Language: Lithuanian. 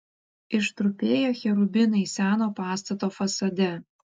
ištrupėję cherubinai seno pastato fasade